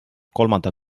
kolmanda